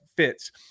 fits